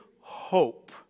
hope